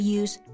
use